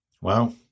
Wow